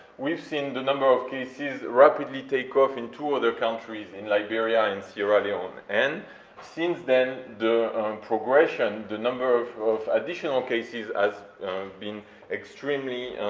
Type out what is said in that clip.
we've seen the number of cases rapidly take off in two other countries, in liberia and sierra leone, and since then, the progression, the number of of additional cases has been extremely,